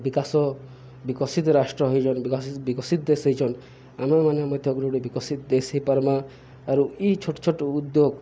ବିକାଶ ବିକଶିତ ରାଷ୍ଟ୍ର ହେଇଚନ୍ ବିକାଶ ବିକଶିତ ଦେଶ ହେଇଚନ୍ ଆମେମାନେ ମଧ୍ୟ ଗୋଟେ ଗୋଟେ ବିକଶିତ ଦେଶ ହେଇପାର୍ମା ଆରୁ ଇ ଛୋଟ ଛୋଟ ଉଦ୍ୟୋଗ